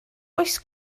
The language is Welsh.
oes